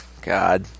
god